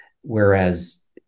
Whereas